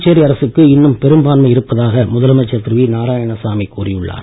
புதுச்சேரி அரசுக்கு இன்னும் பெரும்பான்மை இருப்பதாக முதலமைச்சர் திரு வி நாராயணசாமி கூறி உள்ளார்